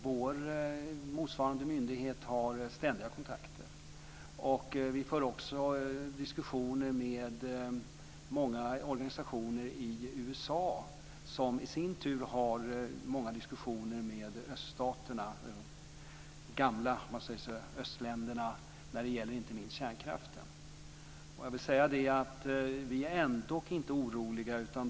Vår motsvarande myndighet har ständiga kontakter. Vi för också diskussioner med många organisationer i USA, som i sin tur för många diskussioner med de gamla östländerna, inte minst när det gäller kärnkraften. Vi är ändå inte oroliga.